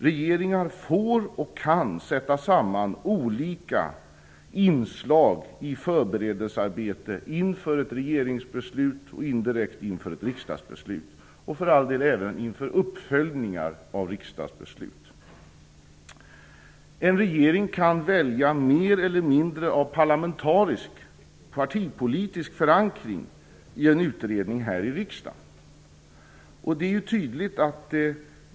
Regeringar får och kan sätta samman olika inslag i förberedelsearbete inför ett regeringsbeslut och indirekt inför ett riksdagsbeslut och för all del även inför uppföljningar av riksdagsbeslut. En regering kan välja mer eller mindre av parlamentarisk partipolitisk förankring i en utredning här i riksdagen.